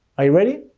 are you ready?